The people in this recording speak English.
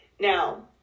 Now